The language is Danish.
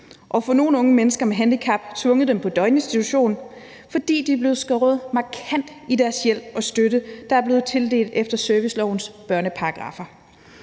og nogle unge mennesker med handicap er blevet tvunget på døgninstitution, fordi der er blevet skåret markant ned på den hjælp og støtte, som blev tildelt efter servicelovens børneparagraffer.